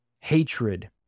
hatred